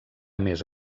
més